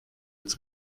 als